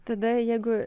tada jeigu